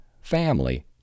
family